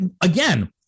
again